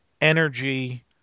energy